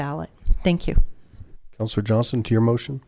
ballot thank you your motion